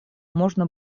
можно